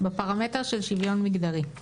בפרמטר של שוויון מגדרי.